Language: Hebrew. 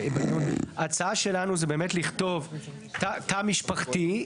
ההצעה שלנו היא באמת לכתוב תא משפחתי.